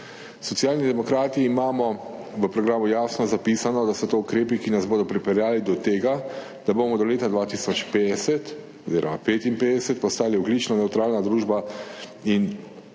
Socialni demokrati imamo v programu jasno zapisano, da so to ukrepi, ki nas bodo pripeljali do tega, da bomo do leta 2050 oziroma 2055 postali ogljično nevtralna družba in da